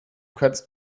kannst